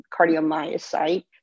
cardiomyocyte